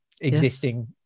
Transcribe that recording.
existing